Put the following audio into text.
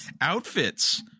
outfits